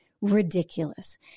ridiculous